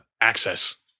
access